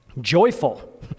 joyful